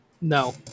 No